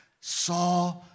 saw